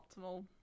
Optimal